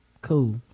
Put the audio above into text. cool